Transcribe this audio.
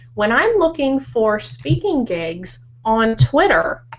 when i'm looking for speaking gig's on twitter,